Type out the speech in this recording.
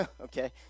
okay